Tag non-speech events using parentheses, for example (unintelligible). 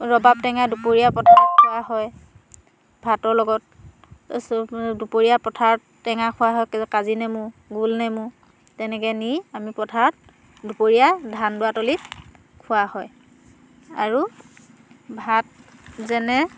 ৰবাব টেঙা দুপৰীয়া পথাৰত খোৱা হয় ভাতৰ লগত (unintelligible) দুপৰীয়া পথাৰত টেঙা খোৱা হয় কাজিনেমু গোলনেমু তেনেকৈ নি আমি পথাৰত দুপৰীয়া ধান দোৱা তলিত খোৱা হয় আৰু ভাত যেনে